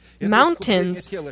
Mountains